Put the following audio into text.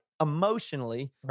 emotionally